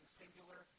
singular